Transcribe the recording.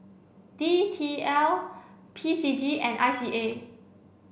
D T L P C G and I C A